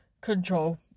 control